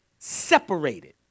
separated